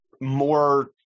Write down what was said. more